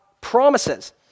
promises